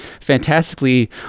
fantastically